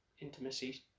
intimacy